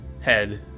head